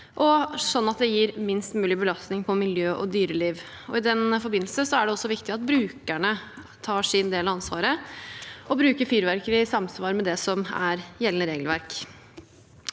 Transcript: slik at det gir minst mulig belastning på miljø og dyreliv. I den forbindelse er det også viktig at brukerne tar sin del av ansvaret og bruker fyrverkeri i samsvar med gjeldende regelverk.